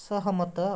ସହମତ